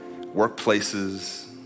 workplaces